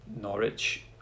Norwich